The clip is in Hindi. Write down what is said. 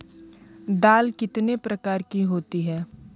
दाल कितने प्रकार की होती है?